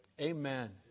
amen